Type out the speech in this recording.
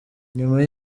nyuma